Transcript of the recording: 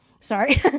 sorry